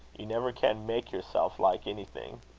you never can make yourself like anything.